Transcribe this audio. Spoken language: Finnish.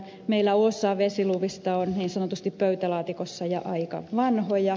meillä osa vesiluvista on niin sanotusti pöytälaatikossa ja aika vanhoja